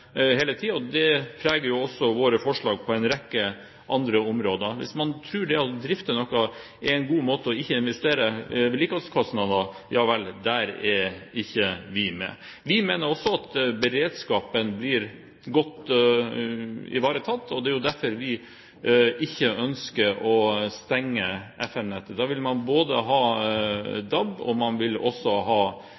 på en god måte, ikke er å investere i vedlikeholdskostnader, vel, der er ikke vi med. Vi mener også at beredskapen blir godt ivaretatt, og det er jo derfor vi ikke ønsker å stenge FM-nettet. Da vil man ha både DAB, og man vil ha